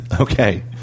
Okay